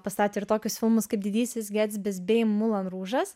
pastatė ir tokius filmus kaip didysis getsbis bei mulan rūžas